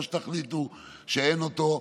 או שתחליטו שאין אותו.